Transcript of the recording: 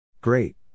Great